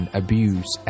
abuse